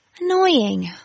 Annoying